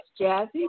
Jazzy